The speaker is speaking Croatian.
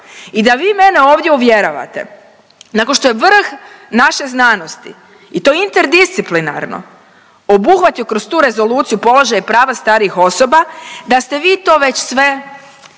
I da vi mene ovdje uvjeravate nakon što je vrh naše znanosti i to interdisciplinarno obuhvatio kroz tu rezoluciju položaj prava starijih osoba da ste vi to već sve